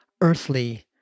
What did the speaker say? earthly